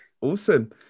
Awesome